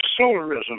solarism